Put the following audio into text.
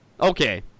Okay